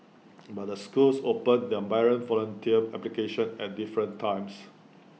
but the schools open their parent volunteer applications at different times